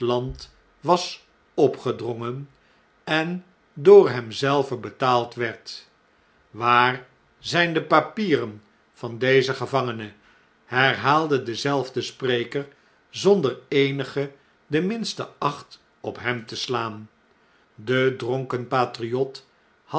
was opgedrongen en door hem zelven betaald werd waar zjjn de papieren van dezen gevangene herhaalde dezelfde spreker zonder eenige de minste acht op hem te slaan de dronken patriot